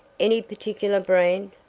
any particular brand?